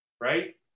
right